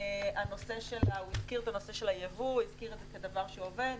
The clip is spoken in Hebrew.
הוא דיבר על היבוא כדבר שעובד.